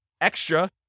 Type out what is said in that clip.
extra